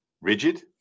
rigid